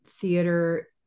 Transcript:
theater